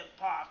park